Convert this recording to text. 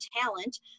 talent